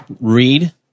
read